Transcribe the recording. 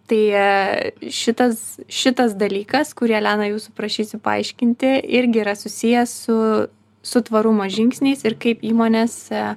tai šitas šitas dalykas kurį elena jūsų prašysiu paaiškinti irgi yra susijęs su su tvarumo žingsniais ir kaip įmonėse